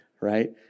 right